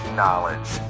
knowledge